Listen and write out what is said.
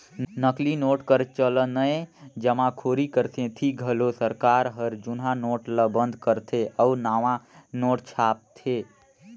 नकली नोट कर चलनए जमाखोरी कर सेती घलो सरकार हर जुनहा नोट ल बंद करथे अउ नावा नोट छापथे